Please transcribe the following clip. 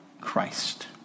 Christ